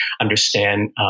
understand